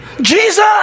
Jesus